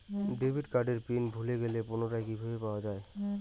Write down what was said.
Debit কার্ডের pin ভুলে গেলে পুনরায় কিভাবে পাওয়া য়ায়?